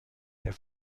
der